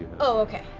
okay.